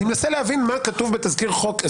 אני מנסה להבין מה כתוב בתזכיר חוק.